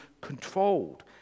controlled